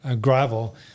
gravel